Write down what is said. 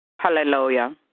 Hallelujah